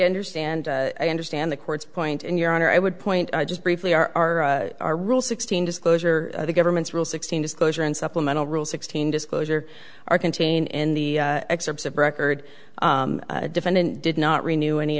understand i understand the court's point in your honor i would point i just briefly our our rule sixteen disclosure the government's rule sixteen disclosure and supplemental rule sixteen disclosure are contained in the excerpts of record a defendant did not renew any